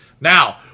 Now